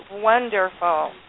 wonderful